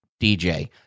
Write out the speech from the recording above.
dj